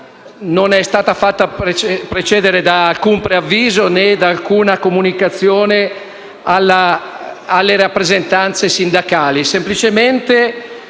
non è stata preceduta da alcun preavviso né da alcuna comunicazione alle rappresentanze sindacali.